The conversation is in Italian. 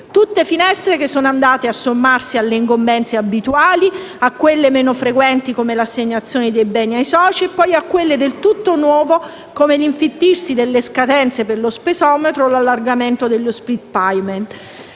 queste finestre sono andate a sommarsi alle incombenze abituali, a quelle meno frequenti come l'assegnazione dei beni ai soci e poi a quelle del tutto nuove, come l'infittirsi delle scadenze per lo spesometro o l'allargamento dello *split payment*.